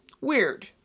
weird